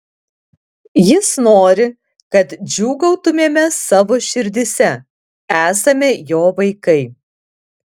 jis nori kad džiūgautumėme savo širdyse esame jo vaikai